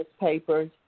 papers